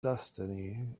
destiny